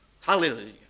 Hallelujah